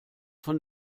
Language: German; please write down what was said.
von